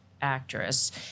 actress